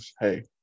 Hey